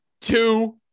two